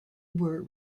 were